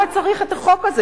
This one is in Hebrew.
למה צריך את החוק הזה?